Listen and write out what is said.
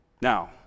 Now